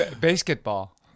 Basketball